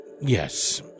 yes